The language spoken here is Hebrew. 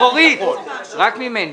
--- דרורית, רק ממני.